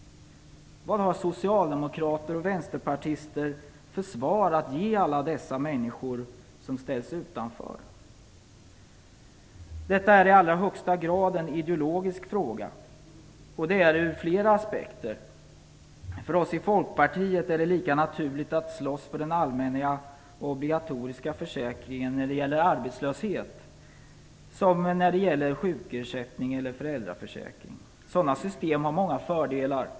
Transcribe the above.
Vad har socialdemokrater och vänsterpartister för svar att ge alla de människor som ställs utanför? Detta är i allra högsta grad en ideologisk fråga, och det ur flera aspekter. För oss i Folkpartiet är det lika naturligt att slåss för den allmänna, obligatoriska försäkringen mot arbetslöshet som när det gäller sjukersättning eller föräldraförsäkring. Sådana system har många fördelar.